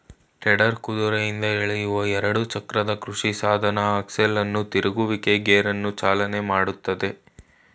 tedder ಕುದುರೆಯಿಂದ ಎಳೆಯುವ ಎರಡು ಚಕ್ರದ ಕೃಷಿಸಾಧನ ಆಕ್ಸೆಲ್ ಅನ್ನು ತಿರುಗುವಿಕೆ ಗೇರನ್ನು ಚಾಲನೆ ಮಾಡ್ತದೆ